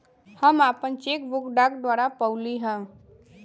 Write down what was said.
हम आपन cheque book डाक द्वारा पउली है